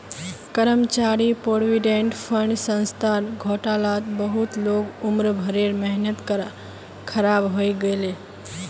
कर्मचारी provident fund संस्थार घोटालात बहुत लोगक उम्र भरेर मेहनत ख़राब हइ गेले